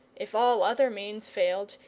if all other means failed,